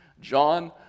John